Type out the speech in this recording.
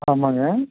ஆமாங்க